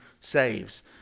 saves